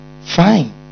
fine